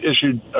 issued